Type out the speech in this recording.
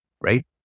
right